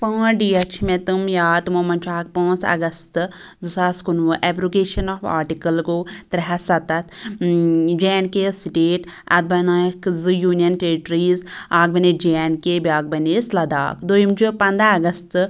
پانٛژھ ڈیٹ چھِ مےٚ تِم یاد تِمو مَنٛز چھُ اکھ پانٛژھ اَگَستہٕ زٕ ساس کُنوُہ ایٚبروگیشَن آف آرٹِکل گوٚو ترٛےٚ ہتھ سَتَتھ جے اینٛڈ کے ٲس سٹیٹ اتھ بَنایکھ زٕ یونیَن ٹیٚرِٹرٛیٖز اکھ بنے جے اینٛڈ کے بیٛاکھ بَنے یس لَداخ دوٚیِم چھُ پنٛداہ اگستہٕ